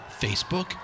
Facebook